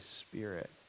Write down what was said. Spirit